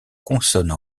consonne